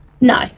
No